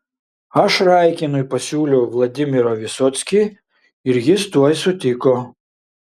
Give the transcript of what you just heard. aš raikinui pasiūliau vladimirą visockį ir jis tuoj sutiko